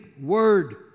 word